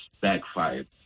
backfired